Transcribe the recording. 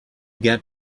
get